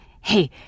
hey